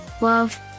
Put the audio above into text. love